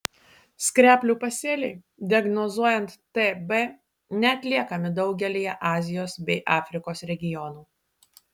skreplių pasėliai diagnozuojant tb neatliekami daugelyje azijos bei afrikos regionų